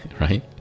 right